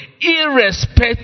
Irrespective